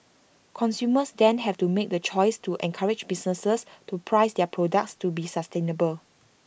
consumers then have to make the choice to encourage businesses to price their products to be sustainable